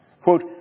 quote